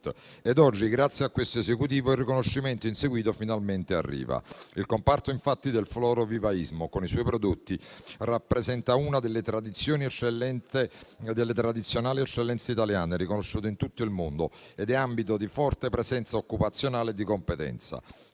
ed oggi, grazie a questo Esecutivo, il riconoscimento inseguito finalmente arriva. Il comparto del florovivaismo, infatti, con i suoi prodotti, rappresenta una delle tradizionali eccellenze italiane riconosciute in tutto il mondo ed è ambito di forte presenza occupazionale e di competenza.